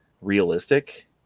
realistic